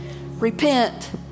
repent